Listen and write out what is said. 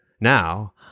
Now